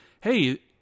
hey